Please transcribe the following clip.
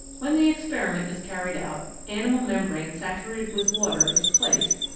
when the ex periment is carried out animal membrane saturated with water is placed,